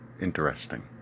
interesting